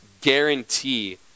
guarantee